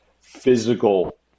physical